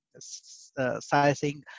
sizing